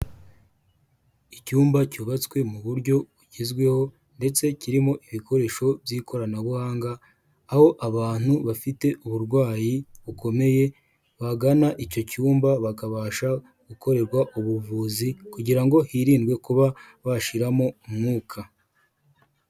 Icyumba cyubatswe mu buryo bugezweho ndetse kirimo ibikoresho by'ikoranabuhanga, aho abantu bafite uburwayi bukomeye bagana icyo cyumba bakabasha gukorerwa ubuvuzi kugira ngo hirindwe kuba bashiramo umwuka.